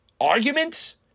arguments